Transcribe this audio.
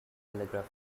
telegraph